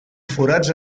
forats